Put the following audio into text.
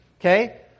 okay